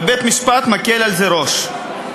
ובית-משפט מקל בזה ראש?